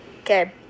Okay